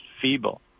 feeble